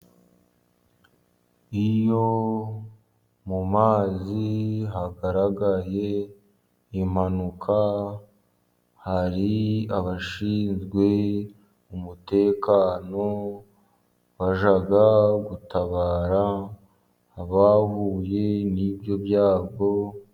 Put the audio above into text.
Iyo mu mazi hagaragaye impanuka, hari abashinzwe umutekano bajya gutabara abahuye n'ibyo byago.